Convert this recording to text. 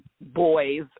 boys